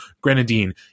grenadine